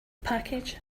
package